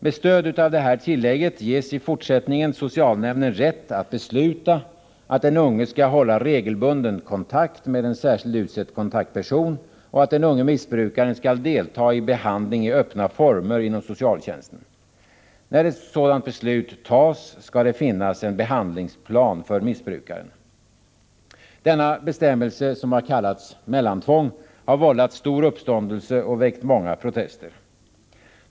Med stöd av detta tillägg ges i fortsättningen socialnämnden rätt att besluta att den unge skall hålla regelbunden kontakt med en särskilt utsedd kontaktperson och att den unge missbrukaren skall delta i behandling i öppna former inom socialtjänsten. När ett sådant beslut fattas skall det finnas en behandlingsplan för missbrukaren. Denna bestämmelse, som har kallats mellantvång, har vållat stor uppståndelse och väckt många protester.